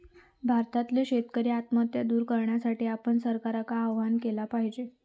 भारतातल्यो शेतकरी आत्महत्या दूर करण्यासाठी आपण सरकारका आवाहन केला पाहिजे